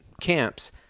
camps